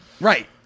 Right